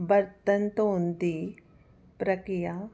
ਬਰਤਨ ਧੋਣ ਦੀ ਪ੍ਰਕਿਰਿਆ